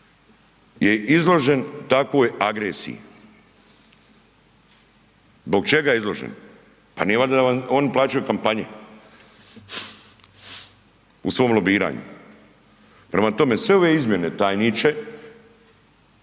je izložen takvoj agresiji? Zbog čega je izložen? Pa nije valjda da vam oni plaćaju kampanje u svom lobiranju? Prema tome, sve ove izmjene tajniče,